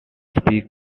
speak